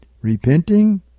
repenting